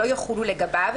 לא יחולו לגביו,